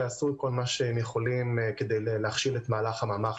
שעשו כל מה שהם יכולים כדי להכשיל את מהלך הממ"ח,